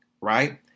right